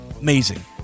Amazing